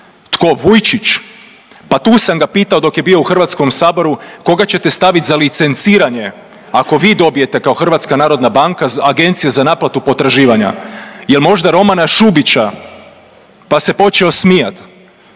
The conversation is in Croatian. Tko Vujčić? Pa tu sam ga pitao dok je bio u Hrvatskom saboru koga ćete stavit za licenciranje ako vi dobijete kao Hrvatska narodna banka Agencije za naplatu potraživanja? Jel' možda Romana Šubića pa se počeo smijat.